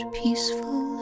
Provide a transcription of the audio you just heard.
peaceful